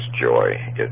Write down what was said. joy